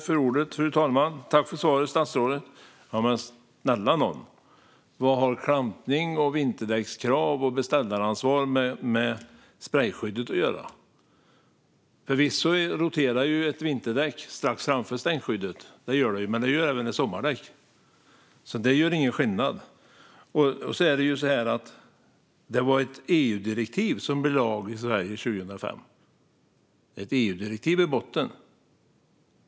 Fru talman! Tack för svaret, statsrådet! Men snälla nån! Vad har klampning, vinterdäckskrav och beställaransvar med sprejskyddet att göra? Förvisso roterar ett vinterdäck strax framför stänkskyddet. Men det gör även ett sommardäck. Så det gör ingen skillnad. Det var ett EU-direktiv som ledde till den svenska lagen 2005. Det ligger ett EU-direktiv i botten.